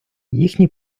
їхні